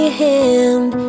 hand